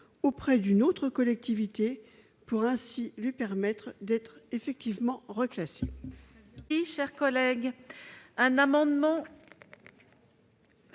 auprès d'une autre collectivité pour lui permettre ainsi d'être effectivement reclassé.